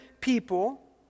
people